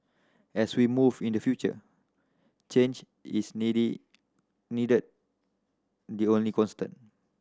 as we move in the future change is needed the only constant